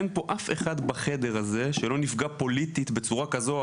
אין פה אף אחד בחדר הזה שלא נפגע פוליטית בצורה כזו או